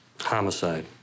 Homicide